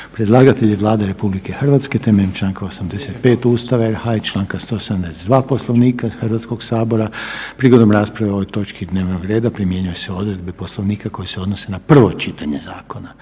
Predlagatelj je Vlada RH temeljem čl. 85. Ustava RH i čl. 172. Poslovnika HS-a. Prigodom rasprave o ovoj točki dnevnog reda primjenjuju se odredbe Poslovnika koje se odnose na prvo čitanje zakona.